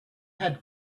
had